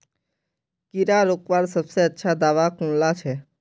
कीड़ा रोकवार सबसे अच्छा दाबा कुनला छे?